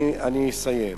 אני אסיים.